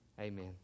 Amen